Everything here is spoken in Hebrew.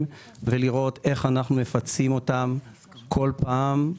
ולראות איך אנחנו מפצים אותם בכל פעם.